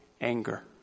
anger